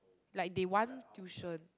like they want tuition